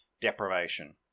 deprivation